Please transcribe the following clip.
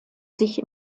sich